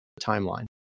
timeline